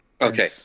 Okay